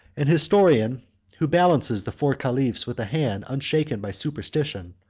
an historian who balances the four caliphs with a hand unshaken by superstition,